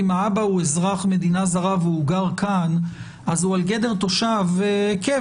כי אם האבא הוא אזרח מדינה זרה והוא גר כאן אז הוא על גדר של תושב קבע.